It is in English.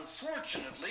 unfortunately